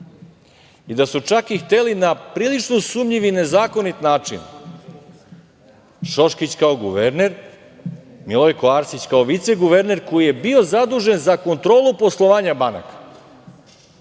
i da su čak hteli na prilično sumnjiv i nezakonit način, Šoškić kao guverner, Milojko Arsić kao viceguverner koji je bio zadužen za kontrolu poslovanja banaka